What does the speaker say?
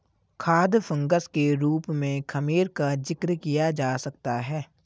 खाद्य फंगस के रूप में खमीर का जिक्र किया जा सकता है